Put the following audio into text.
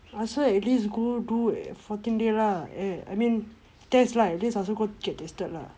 ask her at least go do fourteen dollar lah eh I mean test lah at least ask her go get tested lah